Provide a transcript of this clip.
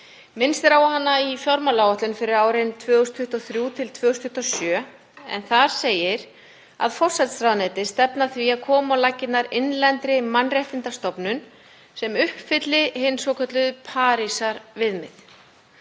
Minnst er á hana í fjármálaáætlun fyrir árin 2023–2027, en þar segir að forsætisráðuneytið stefni að því að koma á laggirnar innlendri mannréttindastofnun sem uppfylli hin svokölluðu Parísarviðmið.